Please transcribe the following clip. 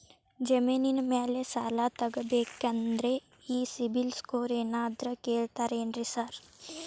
ಜಮೇನಿನ ಮ್ಯಾಲೆ ಸಾಲ ತಗಬೇಕಂದ್ರೆ ಈ ಸಿಬಿಲ್ ಸ್ಕೋರ್ ಏನಾದ್ರ ಕೇಳ್ತಾರ್ ಏನ್ರಿ ಸಾರ್?